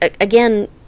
again